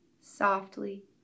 softly